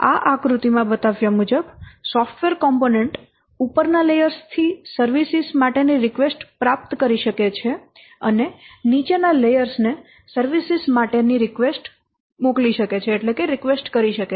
આ આકૃતિમાં બતાવ્યા મુજબ સોફ્ટવેર કૉમ્પોનેન્ટ ઉપરના લેયર્સ થી સર્વિસીસ માટેની રિકવેસ્ટ્સ પ્રાપ્ત કરી શકે છે અને નીચેના લેયર્સ ને સર્વિસીસ માટેની રિકવેસ્ટ્સ કરી શકે છે